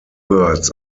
birds